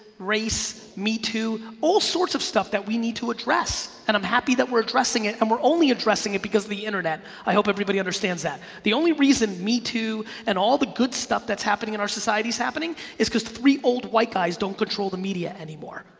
race me too, all sorts of stuff that we need to address and i'm happy that we're addressing it and we're only addressing it because of the internet. i hope everybody understands that. the only reason me too and all the good stuff that's happening in our society is happening is cause three old white guys don't control the media anymore.